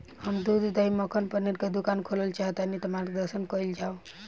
हम दूध दही मक्खन पनीर के दुकान खोलल चाहतानी ता मार्गदर्शन कइल जाव?